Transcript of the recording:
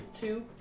Two